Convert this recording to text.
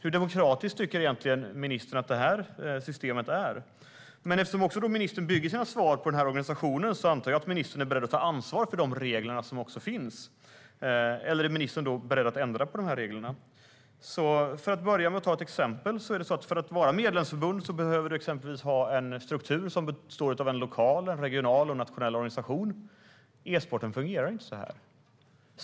Hur demokratiskt tycker ministern egentligen att det systemet är? Eftersom ministern bygger sina svar på den organisationen antar jag att ministern är beredd att ta ansvar för de regler som finns. Eller är ministern beredd att ändra på reglerna? Låt mig ge ett exempel. För att vara ett medlemsförbund behöver du exempelvis ha en struktur som består av en lokal, en regional och en nationell organisation. E-sporten fungerar inte så.